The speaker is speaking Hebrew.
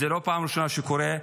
זאת לא פעם ראשונה שזה קורה,